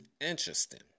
Interesting